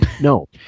No